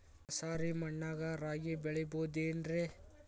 ಮಸಾರಿ ಮಣ್ಣಾಗ ರಾಗಿ ಬೆಳಿಬೊದೇನ್ರೇ?